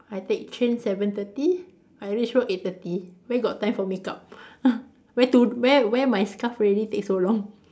I take train seven thirty I reach home eight thirty where got time for makeup wear tu~ wear wear my scarf already take so long